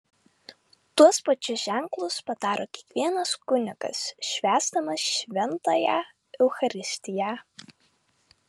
tuos pačius ženklus padaro kiekvienas kunigas švęsdamas šventąją eucharistiją